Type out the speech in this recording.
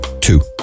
two